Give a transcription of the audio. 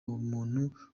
ubuntu